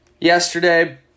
yesterday